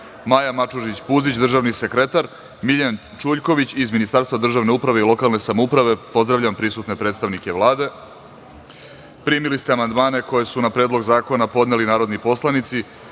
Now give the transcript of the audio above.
Maja Mačužić Puzić, državni sekretar, Miljan Čuljković, iz Ministarstva državne uprave i lokalne samouprave. Pozdravljam prisutne predstavnike Vlade. Primili ste amandmane koje su na Predlog zakona podneli narodni poslanici